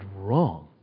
wrong